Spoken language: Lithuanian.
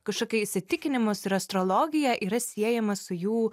kažkokį įsitikinimus ir astrologiją yra siejamas su jų